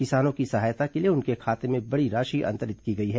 किसानों की सहायता के लिए उनके खाते में बड़ी राशि अंतरित की गई है